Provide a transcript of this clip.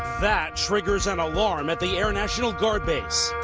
that triggers an alarm at the air national guard base.